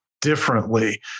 differently